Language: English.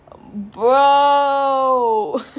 bro